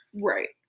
Right